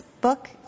book